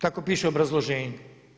Tako piše u obrazloženju.